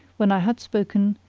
when i had spoken,